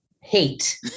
hate